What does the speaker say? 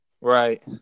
Right